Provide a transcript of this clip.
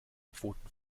pfoten